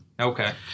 Okay